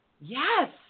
Yes